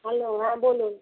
hello হ্যাঁ বলুন